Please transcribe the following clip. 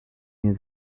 his